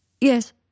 Yes